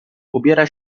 ubiera